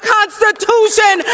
Constitution